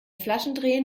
flaschendrehen